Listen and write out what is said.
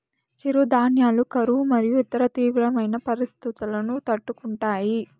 చిరుధాన్యాలు కరువు మరియు ఇతర తీవ్రమైన పరిస్తితులను తట్టుకుంటాయి